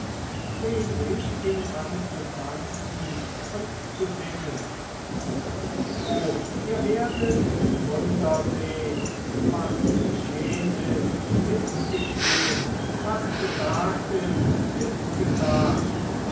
an zu tanzen und zu singen o ihr werdet wunder sehn was geschehn ist ist geschehn was gesagt ist ist gesagt